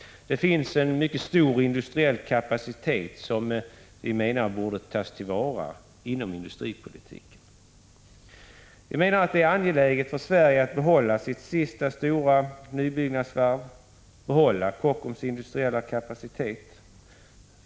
Här finns en mycket stor industriell kapacitet, som borde tas till vara inom industripolitiken. Det är angeläget för Sverige att behålla sitt sista stora nybyggnadsvarv och Kockums industriella kapacitet.